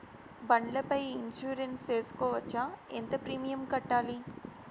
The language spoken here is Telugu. బండ్ల పై ఇన్సూరెన్సు సేసుకోవచ్చా? ఎంత ప్రీమియం కట్టాలి?